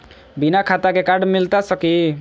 बिना खाता के कार्ड मिलता सकी?